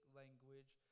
language